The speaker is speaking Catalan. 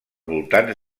voltants